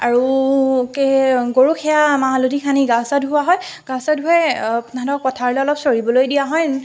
আৰু গৰুক সেয়া মাহ হালধি সানি গা চা ধুওৱা হয় গা চা ধুৱাই সিহঁতক অলপ পথাৰলৈ চৰিবলৈ দিয়া হয়